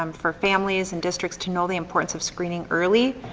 um for families in districts to know the importance of screening early,